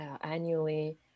annually